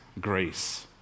grace